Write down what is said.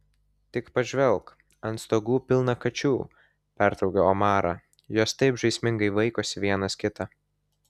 tik pažvelk ant stogų pilna kačių pertraukiau omarą jos taip žaismingai vaikosi viena kitą